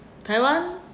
taiwan